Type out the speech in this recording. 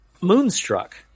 Moonstruck